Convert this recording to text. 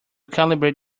calibrate